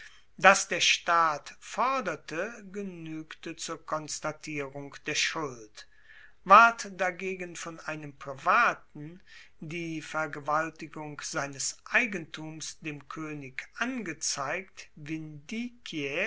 dass der staat forderte genuegte zur konstatierung der schuld ward dagegen von einem privaten die vergewaltigung seines eigentums dem koenig angezeigt